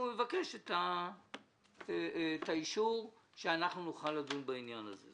הוא מבקש את האישור לכך שנוכל לדון בעניין הזה.